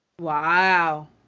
Wow